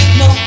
no